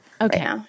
Okay